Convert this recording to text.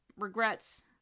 regrets